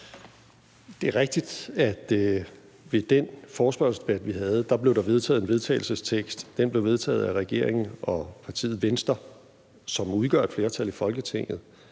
Det er rigtigt, at ved den forespørgselsdebat, vi havde, blev der vedtaget et forslag til vedtagelse. Det blev vedtaget af regeringen og partiet Venstre, som udgør et flertal i Folketinget,